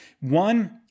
One